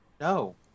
no